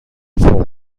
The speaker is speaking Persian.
فوق